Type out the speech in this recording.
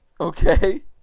Okay